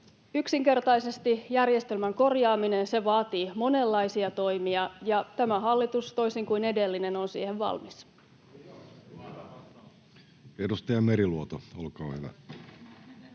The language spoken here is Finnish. Yksinkertaisesti: järjestelmän korjaaminen vaatii monenlaisia toimia, ja tämä hallitus, toisin kuin edellinen, on siihen valmis. [Speech 67] Speaker: Jussi